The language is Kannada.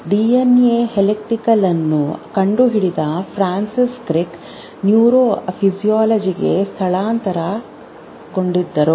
ಡಿಎನ್ಎ ಹೆಲಿಕಲ್ ಅನ್ನು ಕಂಡುಹಿಡಿದ ಫ್ರಾನ್ಸಿಸ್ ಕ್ರಿಕ್ ನ್ಯೂರೋಫಿಸಿಯಾಲಜಿಗೆ ಸ್ಥಳಾಂತರಗೊಂಡರು